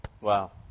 Wow